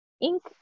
ink